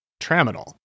tramadol